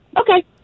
okay